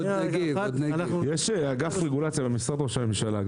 יש אגף רגולציה במשרד ראש הממשלה.